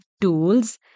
tools